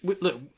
look